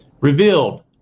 Revealed